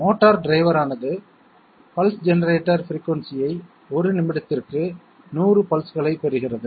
motor driver ஆனது pulse generator frequency ஐ ஒரு நிமிடத்திற்கு 100 பல்ஸ்களை பெறுகிறது